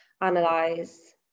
analyze